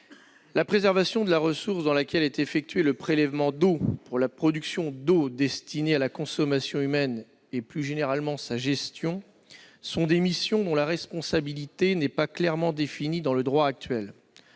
La préservation de la ressource dans laquelle est effectué le prélèvement d'eau pour la production d'eau destinée à la consommation humaine et, plus généralement, sa gestion sont des missions dont la responsabilité n'est pas clairement définie dans le droit actuel.